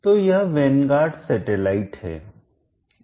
तो यह Vanguard satellite उपग्रह है